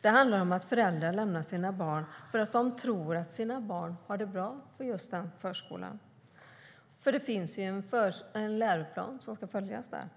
Det handlar om att föräldrar lämnar sina barn just på en förskola där de tror att deras barn har det bra, för det finns ju en läroplan som ska följas där.